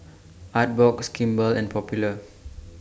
Artbox Kimball and Popular